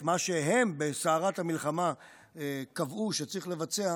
את מה שהם בסערת המלחמה קבעו שצריך לבצע,